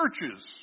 churches